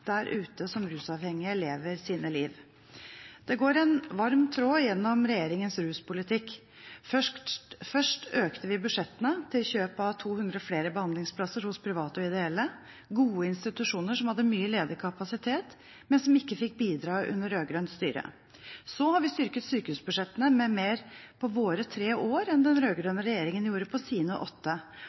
der ute som rusavhengige lever sine liv. Det går en varm tråd gjennom regjeringens ruspolitikk. Først økte vi budsjettene til kjøp av 200 flere behandlingsplasser hos private og ideelle – gode institusjoner som hadde mye ledig kapasitet, men som ikke fikk bidra under rød-grønt styre. Så har vi styrket sykehusbudsjettene mer på våre tre år enn den rød-grønne regjeringen gjorde på sine åtte